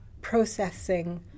processing